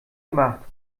gemacht